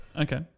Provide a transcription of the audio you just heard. okay